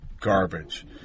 garbage